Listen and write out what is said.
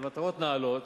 והן מטרות נעלות,